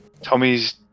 Tommy's